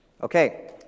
Okay